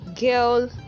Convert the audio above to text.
girl